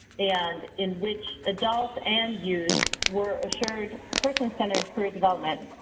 and in which adult and youth were assured person-centered career development,